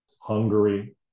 Hungary